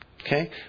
Okay